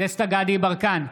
דסטה גדי יברקן,